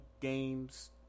games